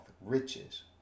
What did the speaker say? riches